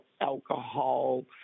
alcohol